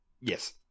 Yes